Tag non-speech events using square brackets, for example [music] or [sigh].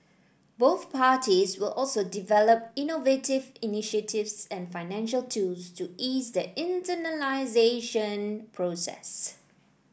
both parties will also develop innovative initiatives and financial tools to ease the [unintelligible] process